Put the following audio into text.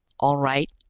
all right,